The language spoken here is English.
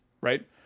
right